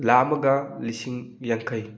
ꯂꯥꯛ ꯑꯃꯒ ꯂꯤꯁꯤꯡ ꯌꯥꯡꯈꯩ